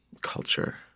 culture,